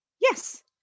Yes